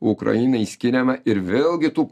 ukrainai skiriama ir vėlgi tų